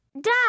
Dad